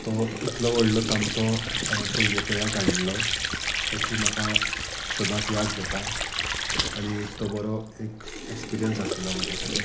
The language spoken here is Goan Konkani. तो इतलो व्हडलो तामचो हांवे पयली पिळ्या काडलो सो ती म्हाका सदांच याद जाता आनी एक तो बरो एक एक्सपिरियन्स आसलो म्हजे खातीर